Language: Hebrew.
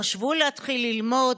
או חשבו להתחיל ללמוד,